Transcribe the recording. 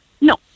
no